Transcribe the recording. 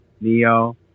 neo